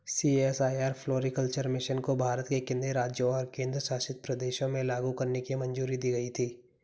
CSIR floriculture mission को भारत के कितने राज्यों और केंद्र शासित प्रदेशों में लागू करने की मंजूरी दी गई थी?